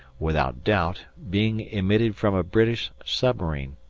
without doubt, being emitted from a british submarine,